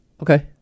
Okay